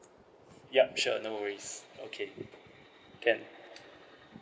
yup sure no worries okay can